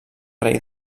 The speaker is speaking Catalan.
rei